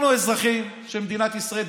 אנחנו אזרחים של מדינת ישראל,